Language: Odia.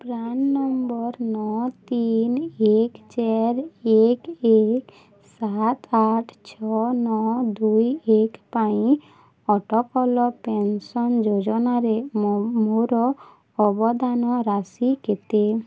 ପ୍ରାନ୍ ନମ୍ବର୍ ନଅ ତିନି ଏକ ଚାରି ଏକ ଏକ ସାତ ଆଠ ଛଅ ନଅ ଦୁଇ ଏକ ପାଇଁ ଅଟୋପୋଲ ପେନ୍ସନ୍ ଯୋଜନାରେ ମୋର ଅବଦାନ ରାଶି କେତେ